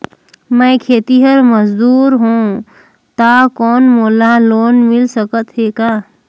मैं खेतिहर मजदूर हों ता कौन मोला लोन मिल सकत हे का?